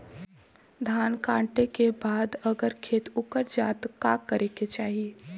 धान कांटेके बाद अगर खेत उकर जात का करे के चाही?